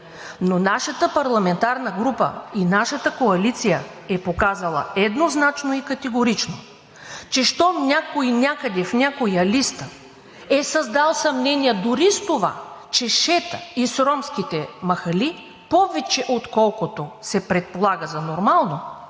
Нашата парламентарна група и нашата коалиция е показала еднозначно и категорично, че щом някой, някъде, в някоя листа е създал съмнения дори с това, че шета из ромските махали повече, отколкото се предполага за нормално,